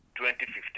2015